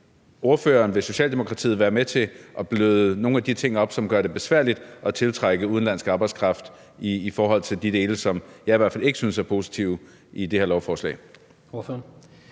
for dem. Så vil Socialdemokratiet være med til at opbløde nogle af de ting, som gør det besværligt at tiltrække udenlandsk arbejdskraft, i forhold til de dele, som jeg i hvert fald ikke synes er positive, i det her lovforslag?